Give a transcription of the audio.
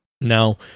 Now